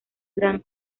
gran